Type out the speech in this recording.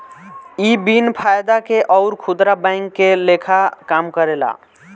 इ बिन फायदा के अउर खुदरा बैंक के लेखा काम करेला